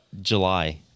July